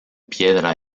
piedra